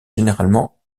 généralement